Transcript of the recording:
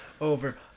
over